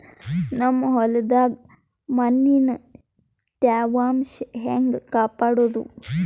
ನಮ್ ಹೊಲದಾಗ ಮಣ್ಣಿನ ತ್ಯಾವಾಂಶ ಹೆಂಗ ಕಾಪಾಡೋದು?